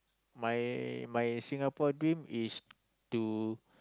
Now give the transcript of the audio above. my my Singapore dream is to